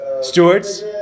stewards